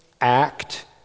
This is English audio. act